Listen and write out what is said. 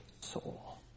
soul